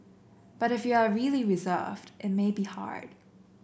but if you are really reserved it may be hard